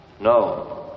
No